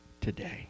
today